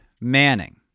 Manning